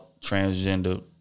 transgender